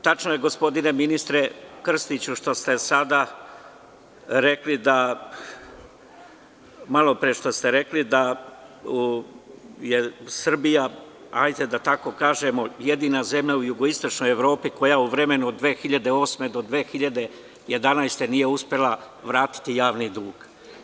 Tačno je, gospodine ministre Krstiću, što ste malopre rekli, da je Srbija, hajde da tako kažemo, jedina zemlja u jugoistočnoj Evropi koja u vremenu od 2008. do 2011. godine nije uspela vratiti javni dug.